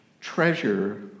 treasure